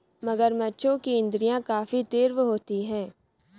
मगरमच्छों की इंद्रियाँ काफी तीव्र होती हैं